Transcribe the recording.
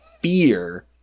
fear